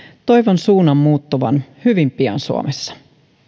toivon suunnan muuttuvan hyvin pian suomessa